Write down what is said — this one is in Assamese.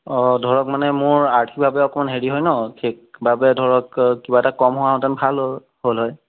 অঁ ধৰক মানে মোৰ আৰ্থিকভাৱে অকণমান হেৰি হয় ন ঠিক বাবে ধৰক কিবা এটা কম হোৱাহেঁতেন ভাল হ'ল হ'ল হয়